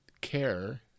care